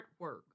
artwork